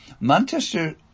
Manchester